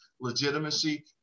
legitimacy